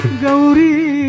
Gauri